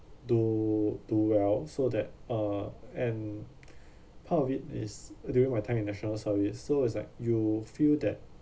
do too well so that uh and part of it is during my time in national service so it's like you feel that